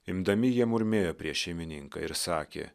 imdami jie murmėjo prieš šeimininką ir sakė